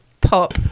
pop